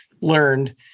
learned